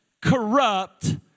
corrupt